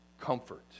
comfort